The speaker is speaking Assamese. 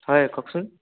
হয় কওকচোন